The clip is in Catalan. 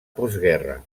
postguerra